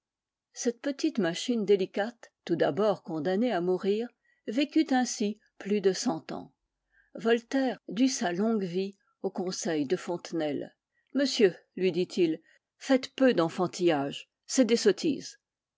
cette petite machine délicate tout d'abord condamnée à mourir vécut ainsi plus de cent ans voltaire dut sa longue vie aux conseils de fontenelle monsieur lui dit-il faites peu d'enfantillages c'est des sottises